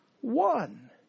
one